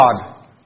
God